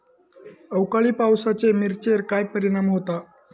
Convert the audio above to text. अवकाळी पावसाचे मिरचेर काय परिणाम होता?